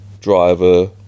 Driver